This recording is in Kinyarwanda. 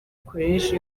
koleji